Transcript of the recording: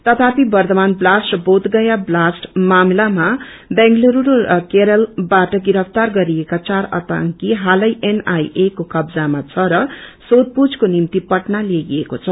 तथापि वंद्धमान ब्लाष्ट र बोधगया ब्लाष्ट मामिलामा बेंगलुरू र केरलबाट गिरफ्तार गरिएका चार आतंकी इलै एनआईए को कब्जामा छ र सोषपूछको निभ्ति पटना ल्याईएको छ